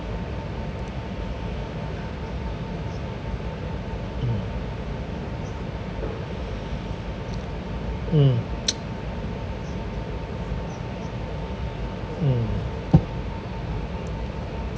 mm mm mm